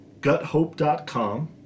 guthope.com